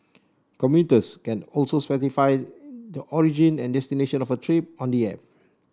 commuters can also specify the origin and destination of a trip on the app